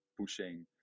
pushing